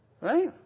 right